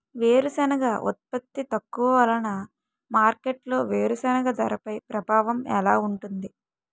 వేరుసెనగ ఉత్పత్తి తక్కువ వలన మార్కెట్లో వేరుసెనగ ధరపై ప్రభావం ఎలా ఉంటుంది?